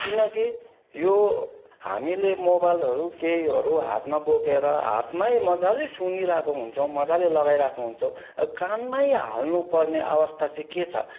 किनकि यो हामीले मोबाइलहरू केहीहरू हातमा बोकेर हातमै मजाले सुनिरहेको हुन्छौँ मजाले लगाइरहेको हुन्छौँ कानमै हाल्नु पर्ने अवस्था चाहिँ के छ